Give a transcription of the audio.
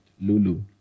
Lulu